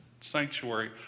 sanctuary